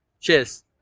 cheers